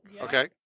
okay